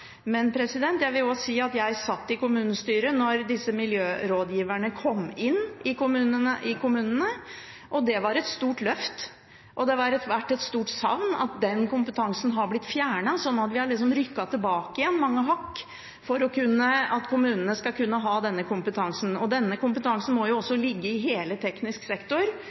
Men jeg vil også si at jeg satt i kommunestyret da disse miljørådgiverne kom inn i kommunene. Det var et stort løft, og det har vært et stort savn at den kompetansen har blitt fjernet sånn at vi liksom har rykket tilbake igjen mange hakk for at kommunene skal kunne ha denne kompetansen. Denne kompetansen må også ligge i hele teknisk sektor,